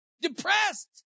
depressed